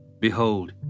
Behold